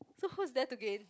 so who's there to gain